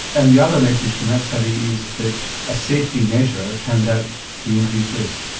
and the other message from that study is that a safety measure turned out to increase risk?